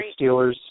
Steelers